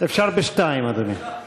אפשר בשתיים, אדוני.